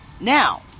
Now